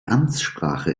amtssprache